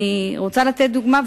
אני רוצה לתת דוגמה,